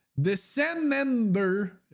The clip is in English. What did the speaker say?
december